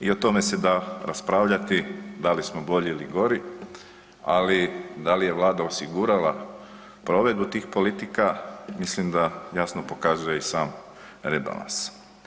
I o tome se da raspravljati da li smo bolji ili gori, ali da li je Vlada osigurala provedbu tih politika mislim da jasno pokazuje i sam rebalans.